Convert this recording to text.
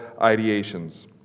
ideations